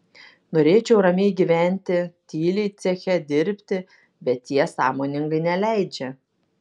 norėčiau ramiai gyventi tyliai ceche dirbti bet jie sąmoningai neleidžia